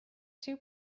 two